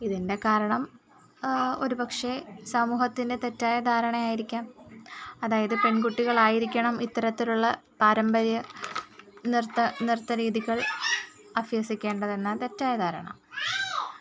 ഇതിൻ്റെ കാരണം ഒരുപക്ഷേ സമൂഹത്തിൻ്റെ തെറ്റായ ധാരണയായിരിക്കാം അതായത് പെൺകുട്ടികളായിരിക്കണം ഇത്തരത്തിലുള്ള പാരമ്പര്യ നൃത്ത നൃത്ത രീതികൾ അഭ്യസിക്കേണ്ടത് എന്ന തെറ്റായ ധാരണ